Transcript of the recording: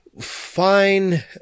fine